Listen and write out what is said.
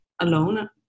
alone